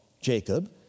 Jacob